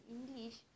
English